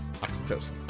oxytocin